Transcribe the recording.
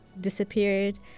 disappeared